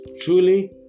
truly